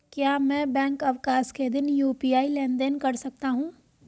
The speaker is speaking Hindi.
क्या मैं बैंक अवकाश के दिन यू.पी.आई लेनदेन कर सकता हूँ?